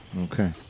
Okay